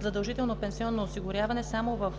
задължително пенсионно осигуряване само в: